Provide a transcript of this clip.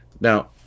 now